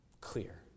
clear